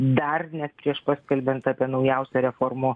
dar net prieš paskelbiant apie naujausią reformų